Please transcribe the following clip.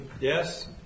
yes